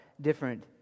different